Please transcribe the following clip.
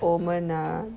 omen ah